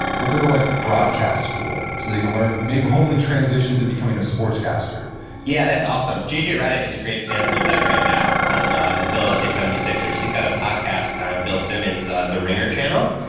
they'll go to like broadcast school so they can learn, hopefully transition to becoming a sportscaster yeah, that's awesome. jj redick is a great example of that right now on the the philadelphia seventy six ers. he's got a podcast on bill simmons' the ringer channel,